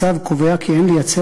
הצו קובע כי אין לייצר,